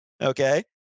Okay